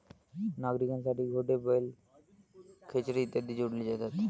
नांगरणीसाठी घोडे, बैल, खेचरे इत्यादी जोडले जातात